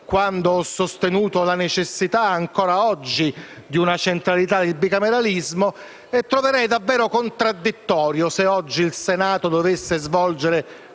quando ho sostenuto la necessità, ancora oggi, di una centralità del bicameralismo. Troverei, quindi, davvero contraddittorio se oggi il Senato dovesse svolgere